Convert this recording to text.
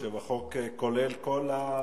החוק כולל כל המדיה,